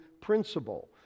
principle